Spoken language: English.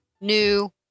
new